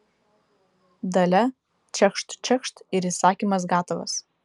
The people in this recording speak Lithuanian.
dalia čekšt čekšt ir įsakymas gatavas